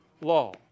Law